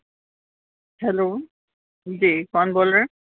hello جی کون بول رہے ہیں